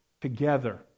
together